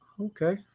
okay